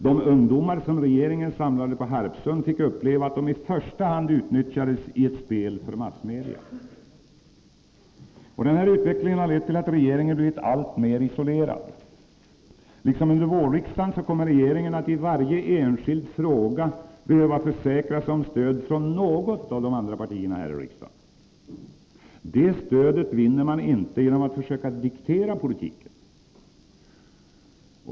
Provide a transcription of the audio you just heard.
De ungdomar som regeringen samlade på Harpsund fick uppleva hur de i första hand utnyttjades i ett spel för massmedia. Denna utveckling har lett till att regeringen blivit alltmer isolerad. Liksom under vårriksdagen kommer regeringen att i varje enskild fråga behöva försäkra sig om stöd från något av de andra partierna i riksdagen. Det stödet vinner man inte genom att försöka diktera politiken.